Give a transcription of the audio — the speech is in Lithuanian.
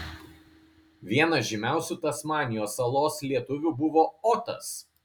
vienas žymiausių tasmanijos salos lietuvių buvo otas